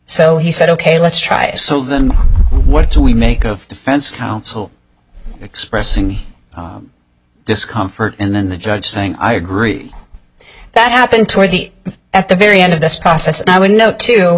so he said ok let's try it so then what do we make of defense counsel expressing discomfort and then the judge saying i agree that happened toward the at the very end of this process and i would know too